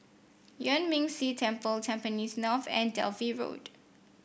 Yuan Ming Si Temple Tampines North and Dalvey Road